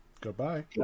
goodbye